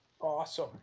Awesome